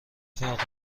فرقی